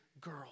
girl